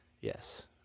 yes